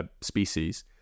species